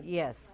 yes